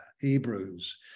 hebrews